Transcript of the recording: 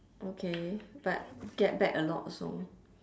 okay but get back a lot also